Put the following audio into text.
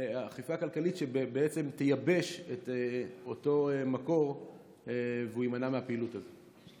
אכיפה כלכלית שבעצם תייבש את אותו מקור והוא יימנע מהפעילות הזאת.